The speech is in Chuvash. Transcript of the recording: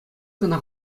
кӑна